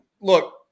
look